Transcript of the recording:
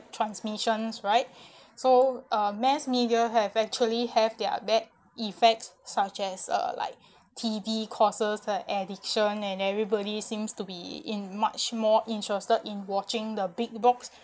transmissions right so uh mass media have actually have their bad effects such as uh like T_V causes an addiction and everybody seems to be in much more interested in watching the big box